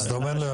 אז אתה אומר לי,